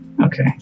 Okay